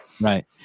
Right